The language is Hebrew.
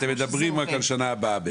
אנחנו מדברים רק על שנה הבאה בעצם.